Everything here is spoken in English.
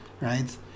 right